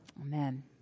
Amen